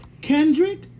Kendrick